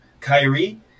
Kyrie